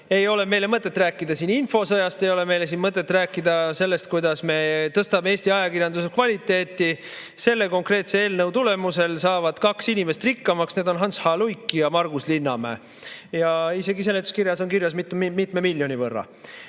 Ei ole mõtet rääkida siin infosõjast, ei ole mõtet rääkida siin sellest, kuidas me tõstame Eesti ajakirjanduse kvaliteeti. Selle konkreetse eelnõu tulemusel saavad kaks inimest rikkamaks, need on Hans H. Luik ja Margus Linnamäe. Seletuskirjas on isegi kirjas, kui mitme miljoni võrra.